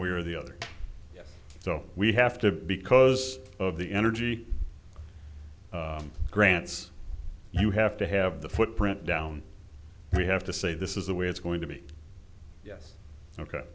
way or the other so we have to because of the energy grants you have to have the footprint down we have to say this is the way it's going to be yes ok